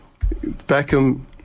Beckham